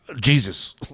Jesus